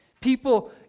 People